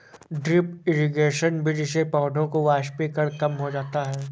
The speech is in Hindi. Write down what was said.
ड्रिप इरिगेशन विधि से पौधों में वाष्पीकरण कम हो जाता है